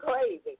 crazy